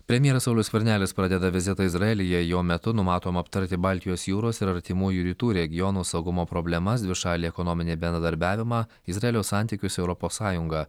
premjeras saulius skvernelis pradeda vizitą izraelyje jo metu numatoma aptarti baltijos jūros ir artimųjų rytų regiono saugumo problemas dvišalį ekonominį bendradarbiavimą izraelio santykius su europos sąjunga